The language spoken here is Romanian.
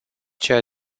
ceea